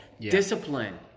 discipline